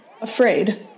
afraid